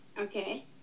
Okay